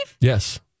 Yes